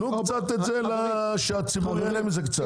תנו קצת שהציבור ייהנה מזה קצת.